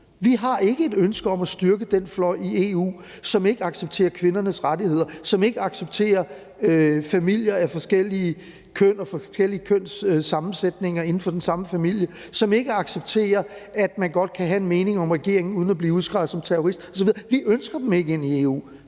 har et ønske om at styrke den fløj i EU, som ikke accepterer kvindernes rettigheder, som ikke accepterer familier af forskellige køn og forskellige kønssammensætninger inden for den samme familie, og som ikke accepterer, at man godt kan have en mening om en regering uden at blive udskreget som en terrorist osv. Vi ønsker dem ikke ind i EU